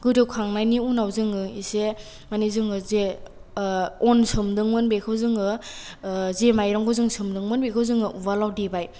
गोदौखांनायनि उनाव जोङो एसे मानि जोङो जे अन सोमदोंमोन बेखौ जोङो जे मायरंखौ जोङो सोमदोंमोन बेखौ जोङो उवालाव देबाय